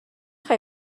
خوای